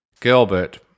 Gilbert